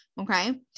okay